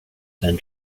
and